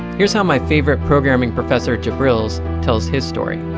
here's how my favorite programing professor, jabrils, tells his story.